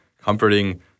comforting